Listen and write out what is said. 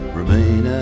remain